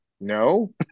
no